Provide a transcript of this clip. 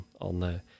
on